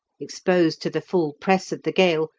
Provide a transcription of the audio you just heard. exposed to the full press of the gale,